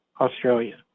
Australia